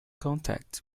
contact